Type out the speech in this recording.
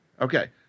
Okay